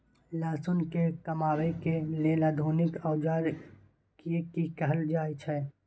लहसुन के कमाबै के लेल आधुनिक औजार के कि कहल जाय छै?